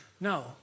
No